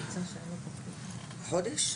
חודש?